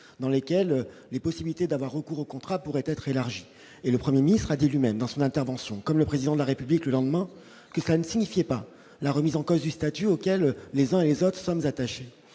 dans lesquelles les possibilités d'avoir recours aux contrats pourraient être élargis et le 1er ministre a dit lui-même dans son intervention, comme le président de la République le lendemain que cela ne signifiait pas la remise en cause du statut auquel les uns et les autres sommes attachés